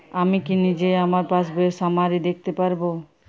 আমি কি নিজেই আমার পাসবইয়ের সামারি দেখতে পারব?